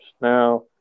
now